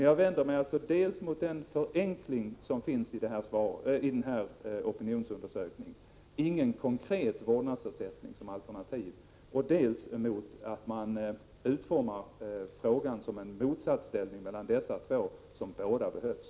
Jag vänder mig alltså dels mot den förenkling som finns i opinionsundersökningen — ingen konkret vårdnadsersättning som alternativ —, dels mot att man utformar frågan som en motsatsställning mellan dessa två omsorgsformer som båda behövs.